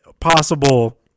possible